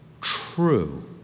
true